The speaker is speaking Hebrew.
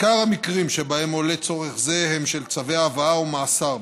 המקרים העיקריים שבהם עולה צורך זה הם של צווי הבאה או מאסר.